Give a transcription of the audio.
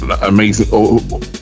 amazing